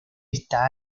esta